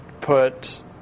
put